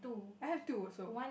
I have two also